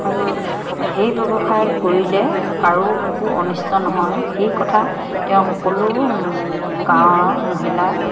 আৰু সেই ব্যৱসায় কৰিলে কাৰো একো অনিষ্ট নহয় সেই কথা তেওঁ সকলো গাঁৱৰ মহিলা